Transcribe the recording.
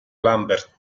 lambert